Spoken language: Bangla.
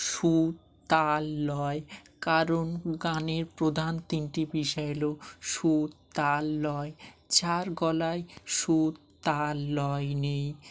সুর তাল লয় কারণ গানের প্রধান তিনটি বিষয় হলো সুর তাল লয় যার গলায় সুর তাল লয় নেই